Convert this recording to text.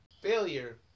Failure